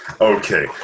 Okay